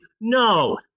No